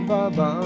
Baba